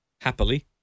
Happily